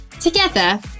Together